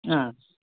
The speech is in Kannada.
ಹಾಂ